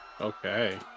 Okay